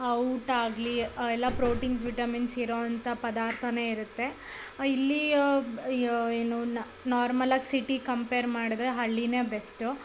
ಊಟ ಆಗಲಿ ಎಲ್ಲ ಪ್ರೋಟೀನ್ಸ್ ವಿಟಮಿನ್ಸ್ ಇರೋವಂಥ ಪದಾರ್ಥನೇ ಇರುತ್ತೆ ಇಲ್ಲಿ ಯ ಏನು ನಾ ನಾರ್ಮಲಾಗಿ ಸಿಟಿಗೆ ಕಂಪೇರ್ ಮಾಡಿದ್ರೆ ಹಳ್ಳಿಯೇ ಬೆಸ್ಟು